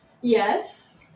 Yes